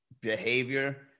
behavior